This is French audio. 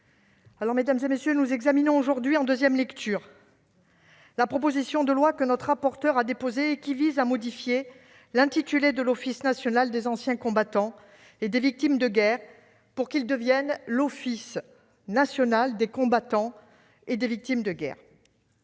Mes chers collègues, nous examinons aujourd'hui en deuxième lecture la proposition de loi que notre rapporteure a déposée et qui vise à modifier l'intitulé de l'Office national des anciens combattants et victimes de guerre, pour qu'il devienne l'Office national des combattants et des victimes de guerre.